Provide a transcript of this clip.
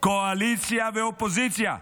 קואליציה ואופוזיציה,